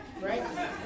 right